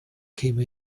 came